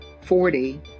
forty